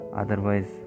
otherwise